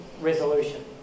resolution